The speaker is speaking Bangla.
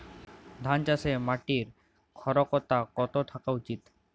ধান চাষে মাটির ক্ষারকতা কত থাকা উচিৎ?